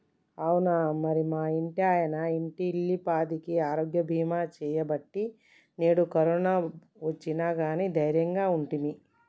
అవునా మరి మా ఇంటాయన ఇంటిల్లిపాదికి ఆరోగ్య బీమా సేయబట్టి నేడు కరోనా ఒచ్చిన గానీ దైర్యంగా ఉంటిమి